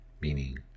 meaning